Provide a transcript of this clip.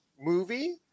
movie